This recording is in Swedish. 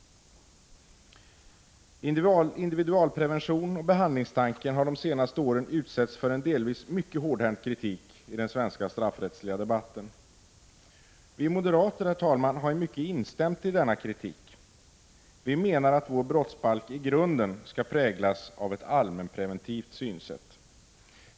Individualpreventionen och behandlingstanken har de senaste åren utsatts för en delvis mycket hårdhänt kritik i den svenska straffrättsliga debatten. Vi moderater, herr talman, har i mycket instämt i denna kritik. Vi menar att vår brottsbalk i grunden skall präglas av ett allmänpreventivt synsätt.